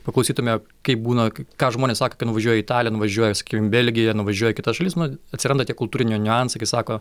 paklausytume kaip būna ką žmonės saka kai nuvažiuoja į italiją nuvažiuoja sakykim į belgiją nuvažiuoja į kitas šalis nu atsiranda tie kultūrinių niuansų kai sako